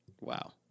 Wow